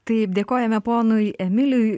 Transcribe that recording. taip dėkojame ponui emiliui